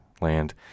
land